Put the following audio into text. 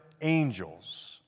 Angels